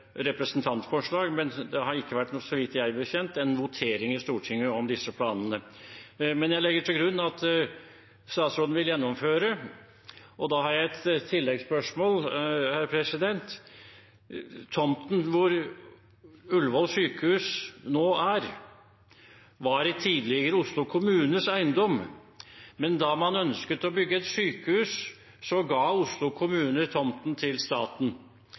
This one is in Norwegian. representantforslag, men det har, meg bekjent, ikke vært en votering om disse planene i Stortinget. Jeg legger til grunn at statsråden vil gjennomføre, og da har jeg et tilleggsspørsmål: Tomten hvor Ullevål sykehus nå ligger, var tidligere Oslo kommunes eiendom, men da man ønsket å bygge et sykehus, ga Oslo kommune tomten til staten.